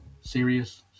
serious